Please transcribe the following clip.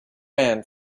ran